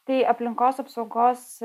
tai aplinkos apsaugos